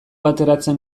ateratzen